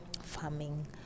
farming